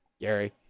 Gary